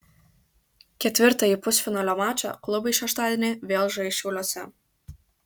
ketvirtąjį pusfinalio mačą klubai šeštadienį vėl žais šiauliuose